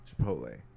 Chipotle